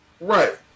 Right